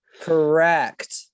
Correct